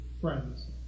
friends